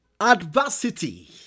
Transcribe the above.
Adversity